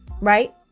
right